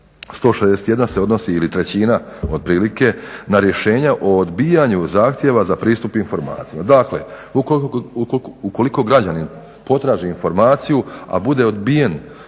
161 se odnosi ili trećina otprilike na rješenje o odbijanju zahtjeva za pristup informacijama. Dakle ukoliko građani potraže informaciju a bude odbijen,